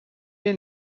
elle